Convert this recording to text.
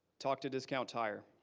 talk to discount tire.